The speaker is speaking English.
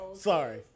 Sorry